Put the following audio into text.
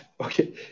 okay